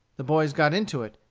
the boys got into it,